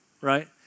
Right